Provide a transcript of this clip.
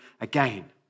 again